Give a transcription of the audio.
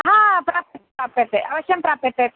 हा प्राप्यते प्राप्यते अवश्यं प्राप्यते